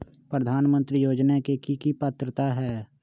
प्रधानमंत्री योजना के की की पात्रता है?